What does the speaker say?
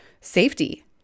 safety